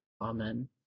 Amen